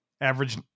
average